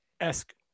esque